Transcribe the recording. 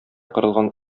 корылган